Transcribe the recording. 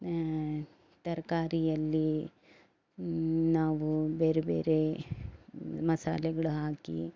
ತರಕಾರಿಯಲ್ಲಿ ನಾವು ಬೇರೆ ಬೇರೆ ಮಸಾಲೆಗಳು ಹಾಕಿ